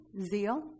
Zeal